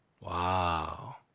Wow